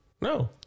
No